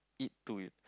eat to